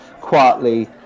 quietly